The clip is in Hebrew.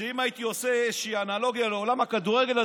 אם הייתי עושה איזושהי אנלוגיה לעולם הכדורגל,